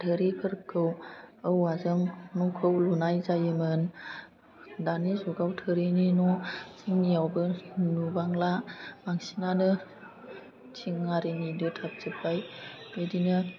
थोरिफोरखौ औवाजों न'खौ लुनाय जायोमोन दानि जुगाव थोरिनि न' जोंनियावबो नुबांला बांसिनानो थिंआरिनि दोथाबजोबबाय बिदिनो